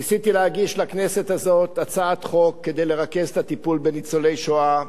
ניסיתי להגיש לכנסת הזאת הצעת חוק כדי לרכז את הטיפול בניצולי השואה,